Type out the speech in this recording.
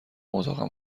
اتاقم